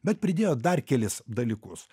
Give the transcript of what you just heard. bet pridėjo dar kelis dalykus